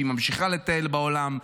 שהיא ממשיכה לטייל בעולם,